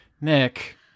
Nick